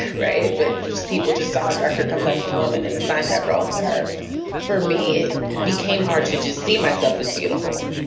right. but just people just saw a darker complexion woman in a sign that wrote to her for me, it became hard to just see myself as beautiful.